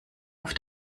auf